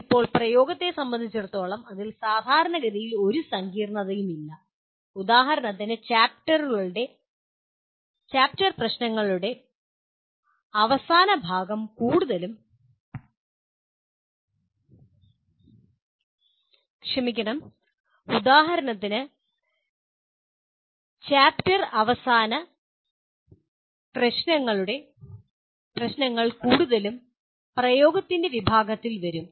ഇപ്പോൾ പ്രയോഗത്തെ സംബന്ധിച്ചിടത്തോളം അതിൽ സാധാരണഗതിയിൽ ഒരു സങ്കീർണതയുമില്ല ഉദാഹരണത്തിന് ചാപ്റ്റർ അവസാനഭാഗപ്രശ്നങ്ങൾ കൂടുതലും പ്രയോഗത്തിന്റെ വിഭാഗത്തിൽ വരും